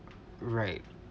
right